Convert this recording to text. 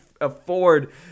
afford